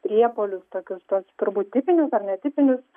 priepuolius tokius turbūt tipinius ar netipinius